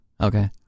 okay